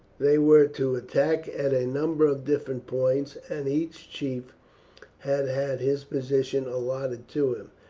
they were to attack at a number of different points, and each chief had had his position allotted to him.